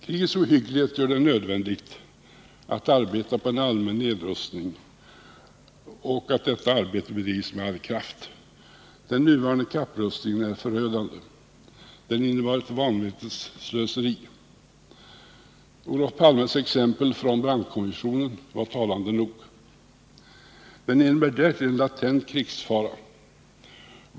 Krigets ohygglighet gör det nödvändigt att arbetet på en allmän nedrustning bedrivs med all kraft. Den nuvarande kapprustningen är förödande. Den innebär ett vanvettets slöseri. Olof Palmes exempel från Brandtkommissionen var talande nog. Den innebär därtill en latent krigsfara.